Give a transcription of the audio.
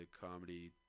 comedy